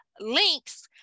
links